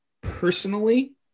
personally